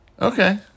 Okay